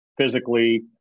physically